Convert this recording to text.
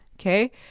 okay